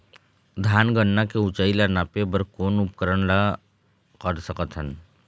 धान गन्ना के ऊंचाई ला नापे बर कोन उपकरण ला कर सकथन?